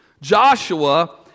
Joshua